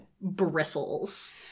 bristles